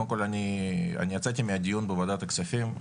קודם כל אני יצאתי מהדיון בוועדת הכספים,